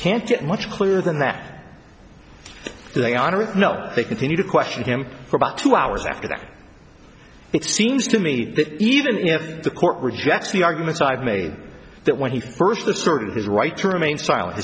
can't get much clearer than that today on earth no they continue to question him for about two hours after that it seems to me that even if the court rejects the arguments i've made that when he first the story is right to remain silent